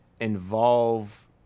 involve